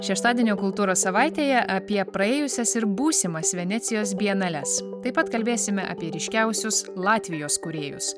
šeštadienio kultūros savaitėje apie praėjusias ir būsimas venecijos bienales taip pat kalbėsime apie ryškiausius latvijos kūrėjus